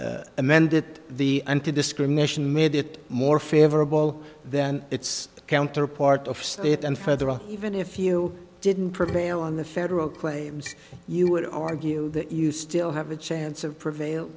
amended the anti discrimination made it more favorable then its counterpart of state and federal even if you didn't prevail on the federal claims you would argue that you still have a chance of prevail